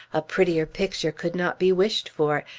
a prettier picture could not be wished for,